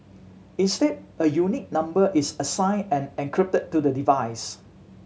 instead a unique number is assigned and encrypted to the device